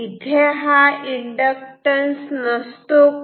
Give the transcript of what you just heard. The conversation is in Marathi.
तिथे इंडक्टॅन्स नसतो का